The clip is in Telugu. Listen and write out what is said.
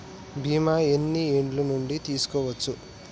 బీమా ఎన్ని ఏండ్ల నుండి తీసుకోవచ్చు?